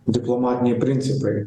diplomatiniai principai